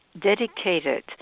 dedicated